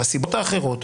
מהסיבות האחרות,